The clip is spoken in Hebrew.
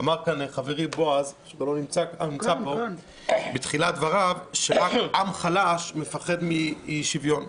אמר חברי בועז בתחילת דבריו שרק עם חלש פוחד משוויון,